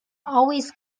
always